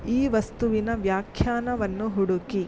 ಈ ವಸ್ತುವಿನ ವ್ಯಾಖ್ಯಾನವನ್ನು ಹುಡುಕಿ